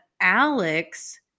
Alex